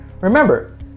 Remember